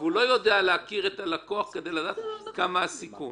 הוא לא יודע להכיר את הלקוח כדי לדעת כמה הסיכון.